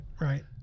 right